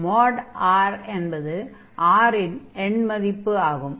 |r| என்பது r இன் எண்மதிப்பு ஆகும்